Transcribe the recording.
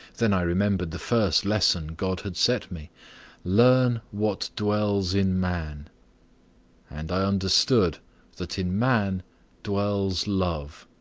then i remembered the first lesson god had set me learn what dwells in man and i understood that in man dwells love!